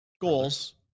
goals